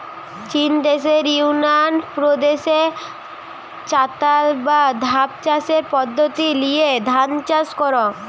চিন দেশের ইউনান প্রদেশে চাতাল বা ধাপ চাষের পদ্ধোতি লিয়ে ধান চাষ কোরা